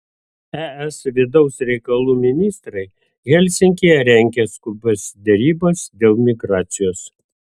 es vidaus reikalų ministrai helsinkyje rengia skubias derybas dėl migracijos